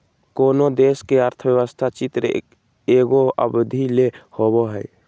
कोनो देश के अर्थव्यवस्था चित्र एगो अवधि ले होवो हइ